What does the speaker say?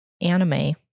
anime